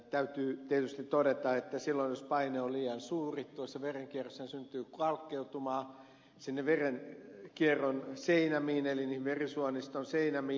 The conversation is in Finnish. täytyy tietysti todeta että silloin jos paine on liian suuri tuossa verenkierrossa syntyy kalkkeutumaa sinne verenkierron seinämiin eli niihin verisuoniston seinämiin